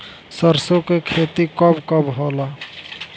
सरसों के खेती कब कब होला?